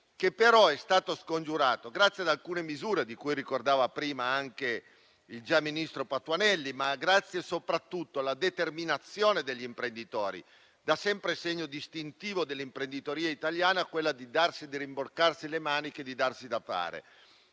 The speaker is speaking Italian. problema è stato scongiurato grazie ad alcune misure che ricordava prima anche il già ministro Patuanelli, nonché grazie soprattutto alla determinazione degli imprenditori. Infatti, da sempre è segno distintivo dell'imprenditoria italiana il rimboccarsi le maniche e darsi da fare.